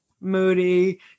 moody